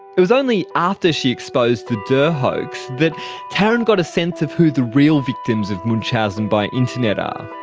it was only after she exposed the dirr hoax that taryn got a sense of who the real victims of munchausen by internet um